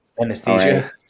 Anesthesia